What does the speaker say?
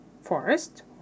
forest